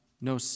no